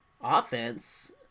offense